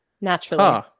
Naturally